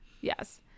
yes